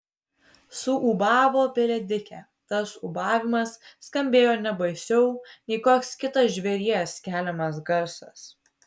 suūbavo pelėdikė tas ūbavimas skambėjo ne baisiau nei koks kitas žvėries keliamas garsas